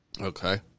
Okay